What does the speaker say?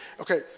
Okay